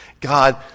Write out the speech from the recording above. God